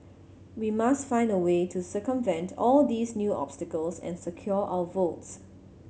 we must find a way to circumvent all these new obstacles and secure our votes